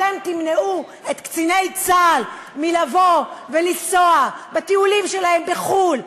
אתם תמנעו מקציני צה"ל לבוא ולנסוע בטיולים שלהם בחו"ל,